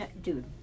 Dude